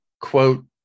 quote